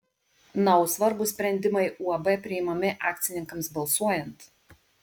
na o svarbūs sprendimai uab priimami akcininkams balsuojant